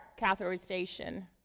catheterization